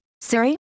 Siri